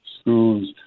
schools